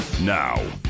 Now